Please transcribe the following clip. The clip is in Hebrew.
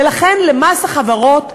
ולכן למס החברות,